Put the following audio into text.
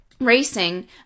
racing